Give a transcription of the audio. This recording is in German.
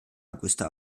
augusta